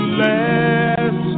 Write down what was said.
last